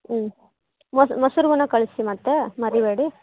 ಹ್ಞೂ ಮೊಸ್ರು ಮೊಸ್ರುನೂ ಕಳಿಸಿ ಮತ್ತೆ ಮರಿಬೇಡಿ